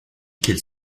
qu’elle